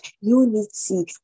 unity